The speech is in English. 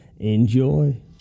enjoy